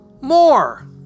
more